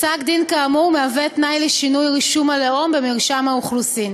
פסק-דין כאמור מהווה תנאי לשינוי רישום הלאום במרשם האוכלוסין.